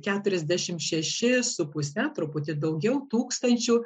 keturiasdešimt šeši su puse truputį daugiau tūkstančių